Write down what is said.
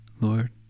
Lord